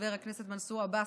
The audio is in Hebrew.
חבר הכנסת מנסור עבאס,